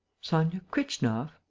sonia kritchnoff?